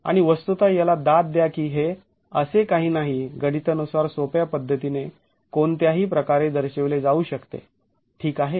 आणि वस्तुतः याला दाद द्या की हे असे काही नाही गणितानुसार सोप्या पद्धतीने कोनत्याही प्रकारे दर्शविले जाऊ शकते ठीक आहे